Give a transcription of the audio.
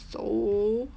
so